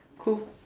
cool